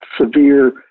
severe